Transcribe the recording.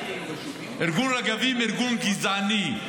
ארגון רגבים הוא ארגון גזעני.